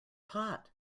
pot